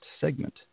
segment